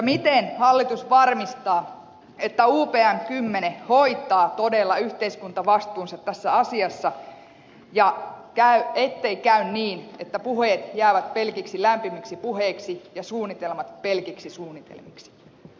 miten hallitus varmistaa että upm kymmene hoitaa todella yhteiskuntavastuunsa tässä asiassa ettei käy niin että puheet jäävät pelkiksi lämpimiksi puheiksi ja suunnitelmat pelkiksi suunnitelmiksi